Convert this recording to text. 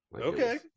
Okay